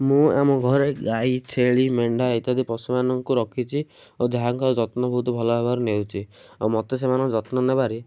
ମୁଁ ଆମ ଘରେ ଗାଈ ଛେଳି ମେଣ୍ଢା ଇତ୍ୟାଦି ପଶୁମାନଙ୍କୁ ରଖିଛି ଓ ଯାହାଙ୍କ ଯତ୍ନ ବହୁତ ଭଲ ଭାବରେ ନେଉଛି ଆଉ ମୋତେ ସେମାନଙ୍କ ଯତ୍ନ ନେବାରେ